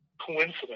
coincidence